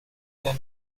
then